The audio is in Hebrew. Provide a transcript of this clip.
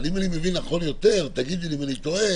אבל אם אני מבין נכון יותר ותגידי לי אם אני טועה